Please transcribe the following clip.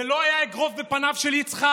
זה לא היה אגרוף בפניו של יצחק,